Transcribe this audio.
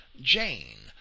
Jane